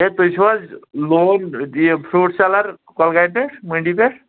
A تُہۍ چھُو حظ لون دِ یہِ فرٛوٗٹ سٮ۪لَر کۄلگامہِ پٮ۪ٹھ منٛڈی پٮ۪ٹھ